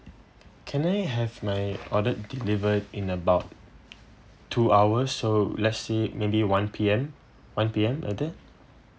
can I have my ordered delivered in about two hours so let's see maybe one P_M one P_M like that